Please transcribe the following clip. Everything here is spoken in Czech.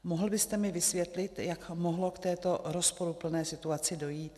Mohl byste mi vysvětlit, jak mohlo k této rozporuplné situaci dojít?